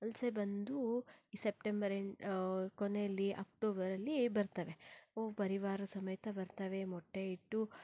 ವಲಸೆ ಬಂದು ಈ ಸೆಪ್ಟೆಂಬರ್ ಎಂಡ್ ಕೊನೆಯಲ್ಲಿ ಅಕ್ಟೋಬರಲ್ಲಿ ಬರ್ತವೆ ಅವು ಪರಿವಾರ ಸಮೇತ ಬರ್ತವೆ ಮೊಟ್ಟೆ ಇಟ್ಟು